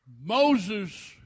Moses